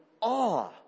awe